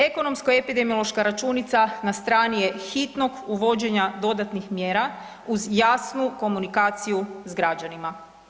Ekonomsko-epidemiološka računica na strani je hitnog uvođenja dodatnih mjera uz jasnu komunikaciju s građanima.